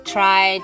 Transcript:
Try